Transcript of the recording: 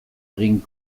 egin